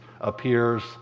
appears